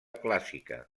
clàssica